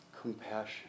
Compassion